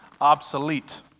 obsolete